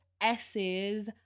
S's